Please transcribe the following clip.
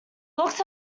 looks